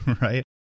right